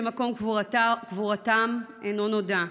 שמקום קבורתם אינו נודע.